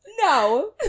no